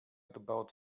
about